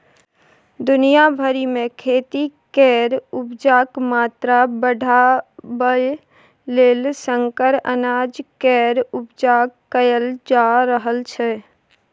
दुनिया भरि मे खेती केर उपजाक मात्रा बढ़ाबय लेल संकर अनाज केर उपजा कएल जा रहल छै